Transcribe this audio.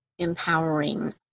empowering